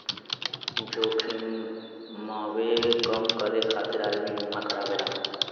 जोखिमवे कम करे खातिर आदमी बीमा करावेला